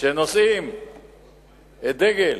שנושאים את דגל